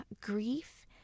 grief